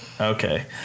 Okay